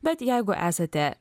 bet jeigu esate